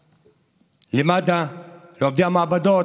למד"א, לעובדי המעבדות,